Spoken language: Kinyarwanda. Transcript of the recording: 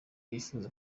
yifuza